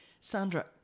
Sandra